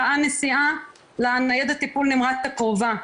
שעה נסיעה לניידת טיפול נמרץ הקרובה,